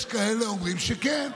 מה זה יש, יש כאלה שאומרים שכן.